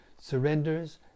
surrenders